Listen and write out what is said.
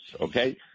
okay